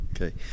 Okay